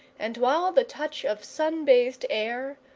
and while the touch of sun-bathed air,